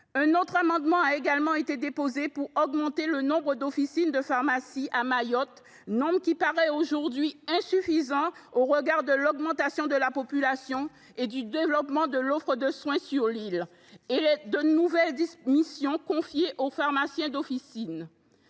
Un autre amendement a également été déposé pour augmenter le nombre d’officines de pharmacie à Mayotte, nombre qui paraît aujourd’hui insuffisant au regard de l’augmentation de la population, du développement de l’offre de soins sur l’île et des nouvelles missions confiées aux pharmaciens d’officine.